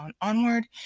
onward